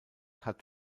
hat